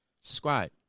Subscribe